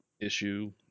issue